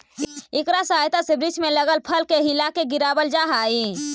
इकरा सहायता से वृक्ष में लगल फल के हिलाके गिरावाल जा हई